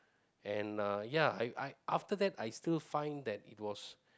and uh ya I I after that I still find that it was